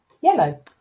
Yellow